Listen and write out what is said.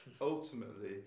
ultimately